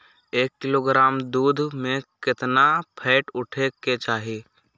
एक किलोग्राम दूध में केतना फैट उठे के चाही?